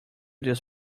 this